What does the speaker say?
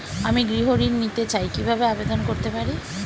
আমি গৃহ ঋণ নিতে চাই কিভাবে আবেদন করতে পারি?